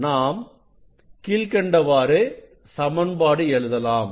இங்கே நாம் கீழ்க்கண்ட சமன்பாட்டை எழுதலாம்